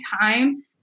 time